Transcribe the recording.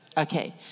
Okay